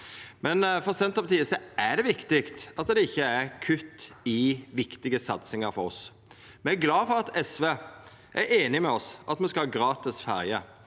For Senterpartiet er det viktig at det ikkje er kutt i viktige satsingar for oss. Me er glade for at SV er einig med oss i at me skal ha gratis ferje,